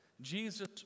Jesus